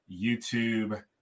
YouTube